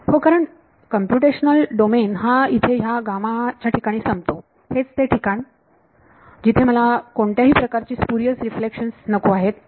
हो कारण computational domain हा इथे ह्या याठिकाणी संपतो हेच ते ठिकाण जिथे मला कोणत्याही प्रकारची स्पुरिअस रिफ्लेक्शन्स नको आहेत